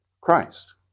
Christ